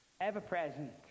ever-present